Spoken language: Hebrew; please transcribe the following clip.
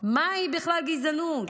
מהי בכלל גזענות,